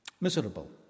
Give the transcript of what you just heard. Miserable